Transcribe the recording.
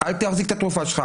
אל תחזיק את התרופה שלך,